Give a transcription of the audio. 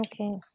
Okay